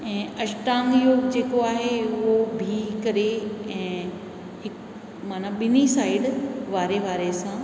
ऐं अष्टांग योग जेको आहे उहो बि करे मना ॿिनी साईड वारे वारे सां